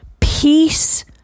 peace